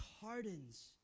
hardens